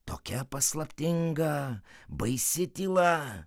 tokia paslaptinga baisi tyla